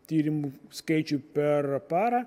tyrimų skaičių per parą